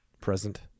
present